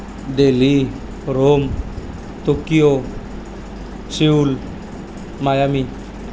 Delhi Rome Tokyo Seoul Miami